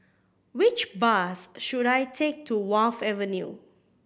which bus should I take to Wharf Avenue